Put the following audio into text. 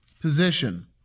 position